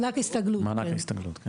מענק הסתגלות.